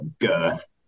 girth